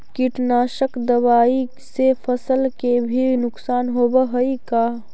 कीटनाशक दबाइ से फसल के भी नुकसान होब हई का?